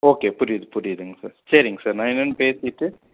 okay புரியிது புரியிதுங் sir சரிங்க சார் நான் என்னன்னு பேசிவிட்டு